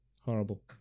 horrible